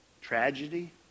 Tragedy